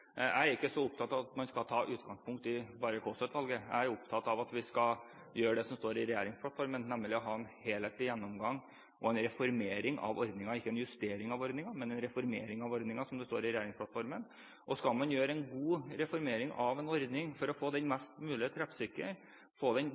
ikke så opptatt av at man skal ta utgangspunkt bare i Kaasa-utvalget. Jeg er opptatt av at vi skal gjøre det som står i regjeringsplattformen, nemlig ha en helhetlig gjennomgang og en reformering av ordningen, altså ikke en justering, men en reformering av ordningen, som det står i regjeringsplattformen. Og skal man gjøre en god reformering av en ordning for å få den mest mulig treffsikker, få den